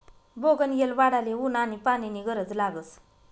बोगनयेल वाढाले ऊन आनी पानी नी गरज लागस